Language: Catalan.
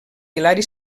hilari